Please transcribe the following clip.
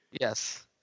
Yes